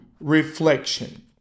reflection